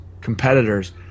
competitors